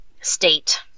state